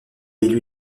élu